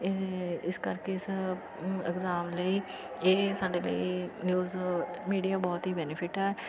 ਏ ਇਸ ਕਰਕੇ ਸਭ ਇਗਜ਼ਾਮ ਲਈ ਇਹ ਸਾਡੇ ਲਈ ਨਿਊਜ਼ ਮੀਡੀਆ ਬਹੁਤ ਹੀ ਬੈਨੀਫਿੱਟ ਹੈ